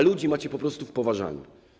Ludzi macie po prostu w poważaniu.